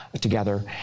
together